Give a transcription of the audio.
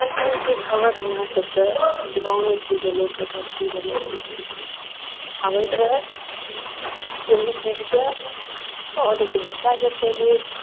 पल पलके खबरि हमरा सबके गाँवमे की भेलय कतऽ की भेलय हमरा सबके आबैत रहय कोइ भी चीजके आओर देखियौ बच्चा सबके भी